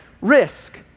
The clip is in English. risk